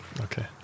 Okay